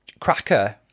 cracker